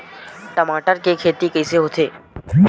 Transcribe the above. टमाटर के खेती कइसे होथे?